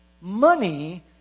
money